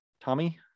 Tommy